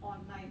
online